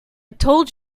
told